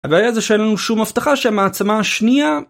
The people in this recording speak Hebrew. הבעיה זה שאין לנו שום הבטחה שהמעצמה השנייה...